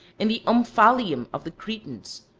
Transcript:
and the omphalium of the cretans,